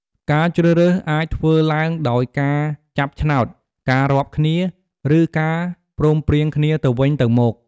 ការជ្រើសរើសអាចធ្វើឡើងដោយការចាប់ឆ្នោត ការរាប់គ្នា ឬការព្រមព្រៀងគ្នាទៅវិញទៅមក។